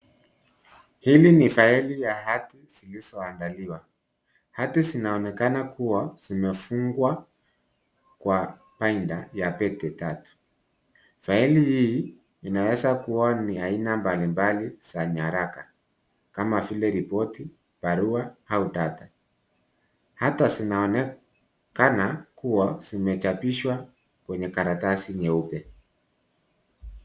Hili ni faili ya hati zilizoandaliwa. Hati zinaonekana kuwa zimefungwa kwa binder ya pete tatu. Faili hii inaweza kuwa na aina mbalimbali za nyaraka kama vile ripoti, barua au data. Hati zinaonekana kuwa zimechapishwa kwenye karatasi nyeupe.